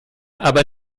aber